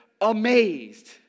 amazed